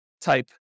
type